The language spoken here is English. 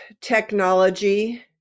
technology